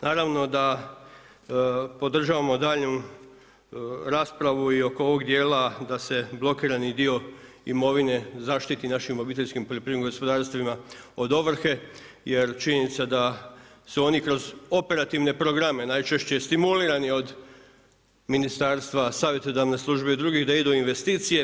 Naravno da podržavamo daljnju raspravu i oko ovog dijela da se blokirani dio imovine zaštiti našim obiteljskim poljoprivrednim gospodarstvima od ovrhe, jer činjenica da su oni kroz operativne programe najčešće stimulirani od ministarstva, savjetodavne službe i drugih da idu u investicije.